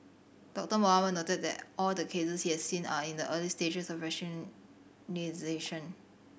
Doctor Mohamed noted that all the cases he has seen are in the early stages of